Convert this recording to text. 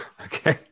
Okay